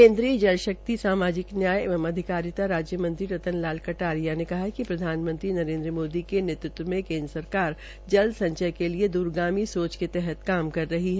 केंद्रीय जलशक्ति सामाजिक न्याय एवं अधिकारिता राज्यमंत्री रतनलाल कटारिया ने कहा कि प्रधानमंत्री नरेंद्र मोदी के नेतृत्व में केंद्र सरकार जल संचय के लिये द्रगार्मी सोच के तहत कार्य कर रही है